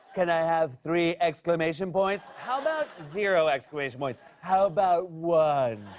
can i have three exclamation points? how about zero exclamation points? how about one?